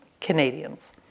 Canadians